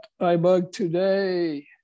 iBugtoday